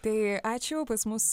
tai ačiū pas mus